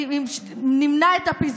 משפט אחד.